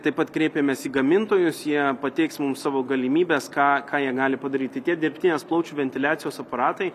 taip pat kreipėmės į gamintojus jie pateiks mums savo galimybes ką ką jie gali padaryti tie dirbtinės plaučių ventiliacijos aparatai